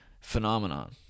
phenomenon